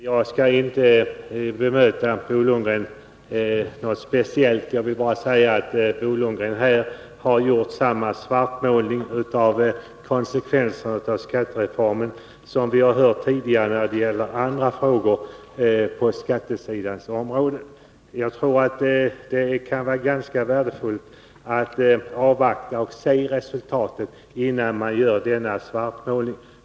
Herr talman! Jag skall bara i korthet bemöta Bo Lundgren. Han har här gjort samma svartmålning av konsekvenserna av skattereformen som vi har hört tidigare när det gäller andra frågor på skattepolitikens område. Jag tror att det skulle vara ganska värdefullt att avvakta och se resultatet innan man gör en sådan svartmålning.